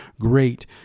great